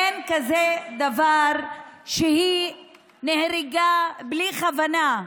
אין כזה דבר שהיא נהרגה בלי כוונה.